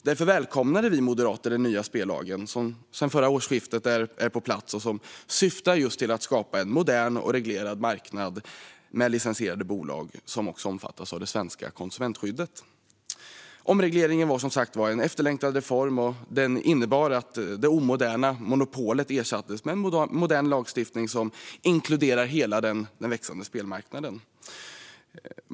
Därför välkomnade vi moderater den nya spellagen, som är på plats sedan förra årsskiftet och som syftar till att skapa en modern och reglerad marknad med licensierade bolag som omfattas av det svenska konsumentskyddet. Omregleringen var som sagt en efterlängtad reform som innebar att det omoderna monopolet ersattes med en modern lagstiftning som inkluderar hela den växande spelmarknaden.